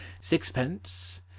sixpence